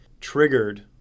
triggered